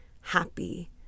happy